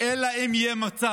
אלא אם כן יהיה מצב